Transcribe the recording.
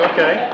Okay